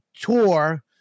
tour